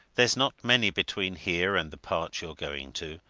there's not many between here and the part you're going to,